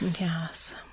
Yes